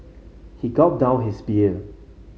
he gulped down his beer